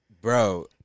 Bro